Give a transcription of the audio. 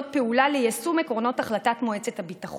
פעולה ליישום עקרונות החלטת מועצת הביטחון.